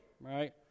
right